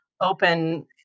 open